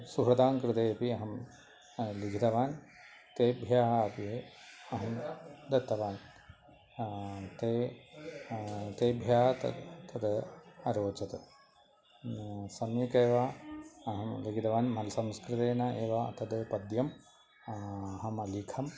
सुहृदानां कृते अपि अहं लिखितवान् तेभ्यः अपि अहं दत्तवान् ते तेभ्यः तत् तद् अरोचत् सम्यकेव अहं लिखितवान् मल् संस्कृतेन एव तद् पद्यम् अहम् अलिखम्